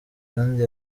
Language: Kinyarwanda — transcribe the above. kandi